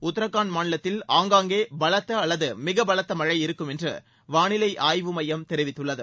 உத்தரகாண்ட் மாநிலத்தில் ஆங்காங்கே பலத்த அல்லது மிக பலத்த மழழ இருக்கும் என்று வானிலை ஆய்வு மையம் தெரிவித்துள்ளது